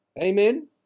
Amen